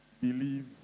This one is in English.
believe